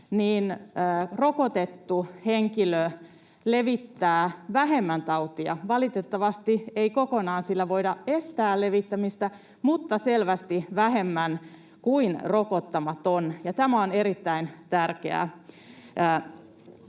niin rokotettu henkilö levittää vähemmän tautia. Valitettavasti ei kokonaan sillä voida estää levittämistä, mutta rokotettu levittää selvästi vähemmän kuin rokottamaton, ja tämä on erittäin tärkeää.